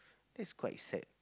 that's quite sad